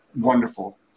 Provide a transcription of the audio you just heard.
wonderful